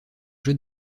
jeu